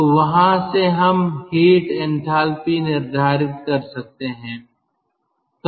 तो वहाँ से हम हीट एंथैल्पी निर्धारित कर सकते हैं